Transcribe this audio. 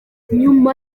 nyuma